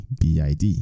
BID